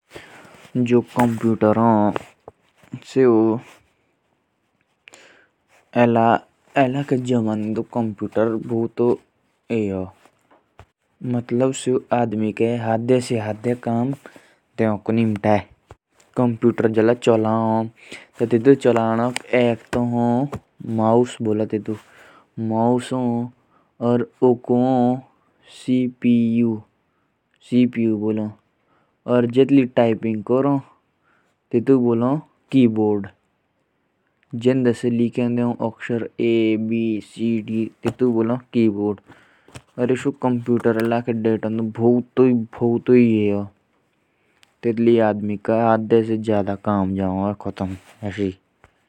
जो कम्पूटर होता है। उसको चलाने के लिए सबसे पहले माउस कीबोर्ड और सीपीयू।